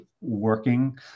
working